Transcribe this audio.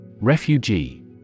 Refugee